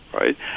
right